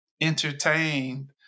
entertained